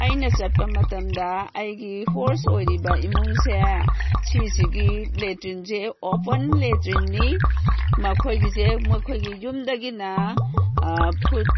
ꯑꯩꯅ ꯆꯠꯄ ꯃꯇꯝꯗ ꯑꯩꯒꯤ ꯍꯣꯁ ꯑꯣꯏꯔꯤꯕ ꯏꯃꯨꯡꯁꯦ ꯁꯤꯁꯤꯒꯤ ꯂꯦꯇ꯭ꯔꯤꯟꯁꯦ ꯑꯣꯄꯟ ꯂꯦꯇ꯭ꯔꯤꯟꯅꯤ ꯃꯈꯣꯏꯒꯤꯁꯦ ꯃꯈꯣꯏꯒꯤ ꯌꯨꯝꯗꯒꯤꯅ ꯐꯨꯠ